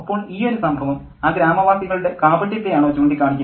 അപ്പോൾ ഈയൊരു സംഭവം ആ ഗ്രാമവാസികളുടെ കാപട്യത്തെ ആണോ ചൂണ്ടിക്കാണിക്കുന്നത്